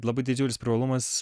labai didžiulis privalumas